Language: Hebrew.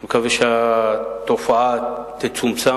אני מקווה שהתופעה תצומצם.